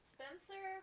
Spencer